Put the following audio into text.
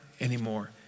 anymore